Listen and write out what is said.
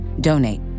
Donate